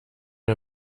der